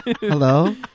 Hello